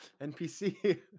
npc